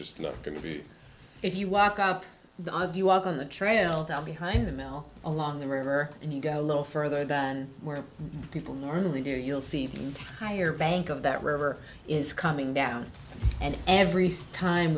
just not going to be if you walk out the of you walk on the trail behind the mill along the river and you go a little further than where people normally do you'll see higher bank of that river is coming down and every stime